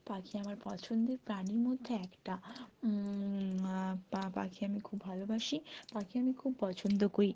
পাখি আমার পছন্দের প্রাণীর মধ্যে একটা পাখি আমি খুব ভালোবাসি পাখি আমি খুব পছন্দ করি